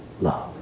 love